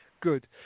Good